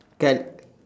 can